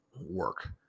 work